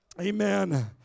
Amen